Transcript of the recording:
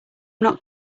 not